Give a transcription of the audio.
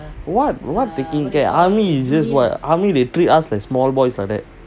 what what taking care army is just what army they treat us like small boys like that